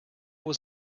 was